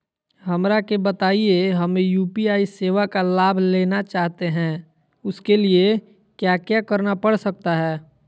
हमरा के बताइए हमें यू.पी.आई सेवा का लाभ लेना चाहते हैं उसके लिए क्या क्या करना पड़ सकता है?